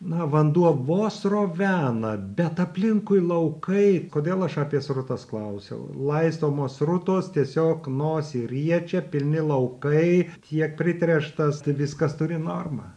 na vanduo vos srovena bet aplinkui laukai kodėl aš apie srutas klausiau laistomos srutos tiesiog nosį riečia pilni laukai tiek pritręštas tai viskas turi normą